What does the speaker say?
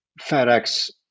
FedEx